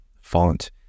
font